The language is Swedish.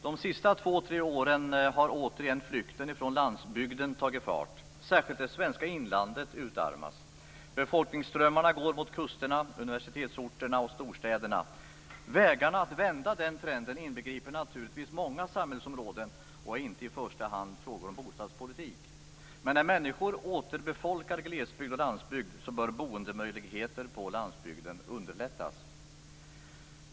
De senaste två-tre åren har återigen flykten från landsbygden tagit fart. Särskilt det svenska inlandet utarmas. Befolkningsströmmarna går mot kusterna, universitetsorterna och storstäderna. Vägen att vända den trenden inbegriper naturligtvis många samhällsområden. Det är inte i första hand en fråga om bostadspolitik. Men när människor återbefolkar glesbygd och landsbygd bör boendemöjligheter på landsbygden underlättas.